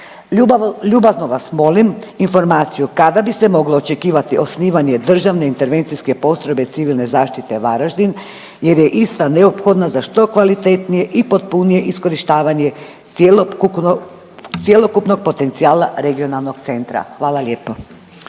Ljubazno vas molim informaciju kada bi se moglo očekivati osnivanje državne intervencijske postrojbe civilne zaštite Varaždin jer je ista neophodna za što kvalitetnije i potpunije iskorištavanje cjelokupnog potencijala regionalnog centra. **Reiner,